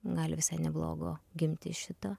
gali visai neblogo gimti iš šito